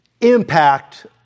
impact